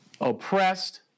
oppressed